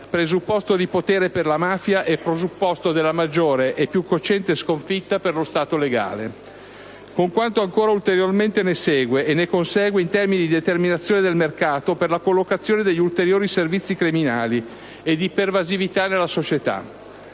presupposto di potere per la mafia e presupposto della maggiore e più cocente sconfitta per lo Stato legale, con quanto ancora ulteriormente ne segue e ne consegue, in termini di determinazione del mercato, per la collocazione degli ulteriori servizi criminali e di pervasività nella società.